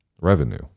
revenue